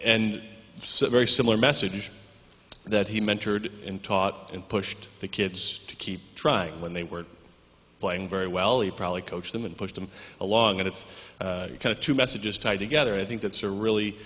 so very similar messages that he mentored and taught and pushed the kids to keep trying when they were playing very well he probably coached them and push them along and it's kind of two messages tied together i think that's a